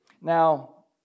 Now